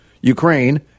ukraine